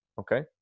okay